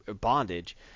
bondage